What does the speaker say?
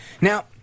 Now